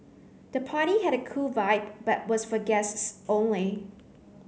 the party had a cool vibe but was for guests only